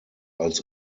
als